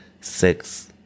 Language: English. six